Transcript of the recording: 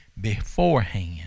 beforehand